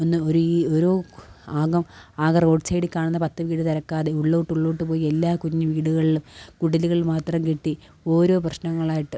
ഒന്ന് ഒരു ഓരോ ആകം ആകെ റോഡ് സൈഡില് കാണുന്ന പത്ത് വീട് തിരക്കാതെ ഉള്ളോട്ട് ഉള്ളോട്ട് പോയി എല്ലാ കുഞ്ഞു വീടുകളിലും കുടിലുകള് മാത്രം കെട്ടി ഓരോ പ്രശ്നങ്ങളായിട്ട്